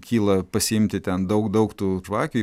kyla pasiimti ten daug daug tų žvakių